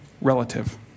relative